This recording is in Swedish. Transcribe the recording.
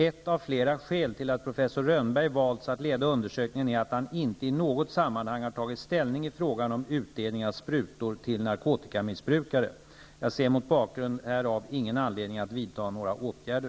Ett av flera skäl till att professor Rönnberg valts att leda undersökningen är att han inte i något sammanhang har tagit ställning i frågan om utdelning av sprutor till narkotikamissbrukare. Jag ser mot bakgrund härav ingen anledning att vidta några åtgärder.